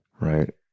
Right